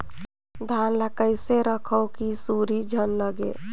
धान ल कइसे रखव कि सुरही झन लगे?